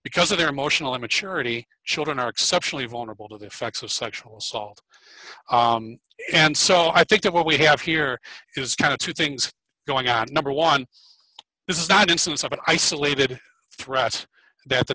because of their emotional immaturity children are exceptionally vulnerable to the effects of sexual assault and so i think that what we have here is kind of two things going at number one this is not instance of an isolated threat that the